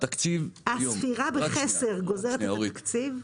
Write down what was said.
הספירה בחסר גוזרת את התקציב?